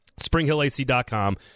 Springhillac.com